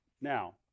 Now